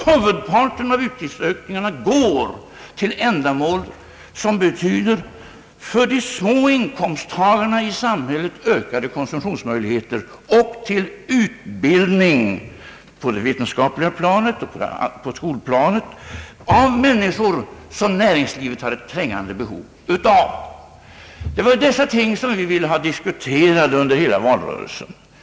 Huvudparten av utgiftsökningarna går till ändamål som för de små inkomsttagarna i samhället betyder ökade konsumtionsmöjligheter samt till utbildning på det vetenskapliga planet och på skolplanet av människor som näringslivet har ett trängande behov av. Det var dessa ting som vi ville diskutera under valrörelsen.